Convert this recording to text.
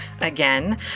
again